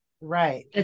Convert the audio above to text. right